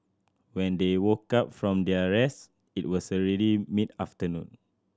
when they woke up from their rest it was already mid afternoon